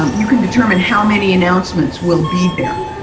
you can determine how many announcements will be there.